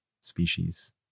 species